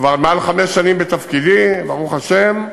כבר מעל חמש שנים בתפקידי, ברוך השם,